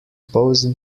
post